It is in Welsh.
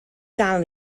dal